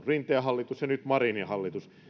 rinteen hallitus ja nyt marinin hallitus